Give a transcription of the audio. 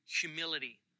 humility